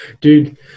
Dude